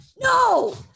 No